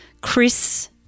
Chris